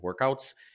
workouts